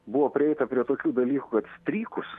buvo prieita prie tokių dalykų kas strykus